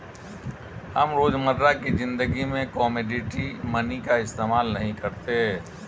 हम रोजमर्रा की ज़िंदगी में कोमोडिटी मनी का इस्तेमाल नहीं करते